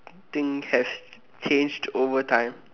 think has changed over time